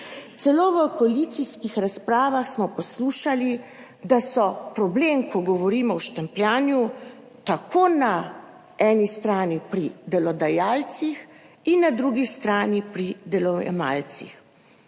Celo v koalicijskih razpravah smo poslušali, da so problemi, ko govorimo o štempljanju, tako na eni strani pri delodajalcih in na drugi strani pri delojemalcih.